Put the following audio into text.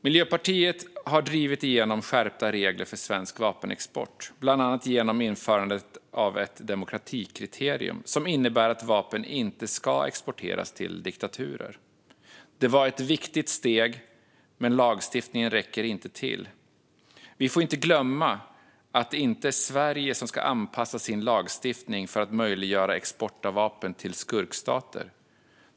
Miljöpartiet har drivit igenom skärpta regler för svensk vapenexport, bland annat genom införandet av ett demokratikriterium som innebär att vapen inte ska exporteras till diktaturer. Det var ett viktigt steg, men lagstiftningen räcker inte till. Vi får inte glömma att det inte är Sverige som ska anpassa sin lagstiftning för att möjliggöra export av vapen till skurkstater.